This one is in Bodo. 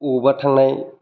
अबावबा थांनाय